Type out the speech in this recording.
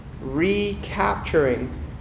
recapturing